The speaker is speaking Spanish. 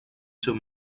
sus